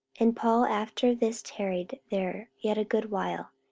and paul after this tarried there yet a good while,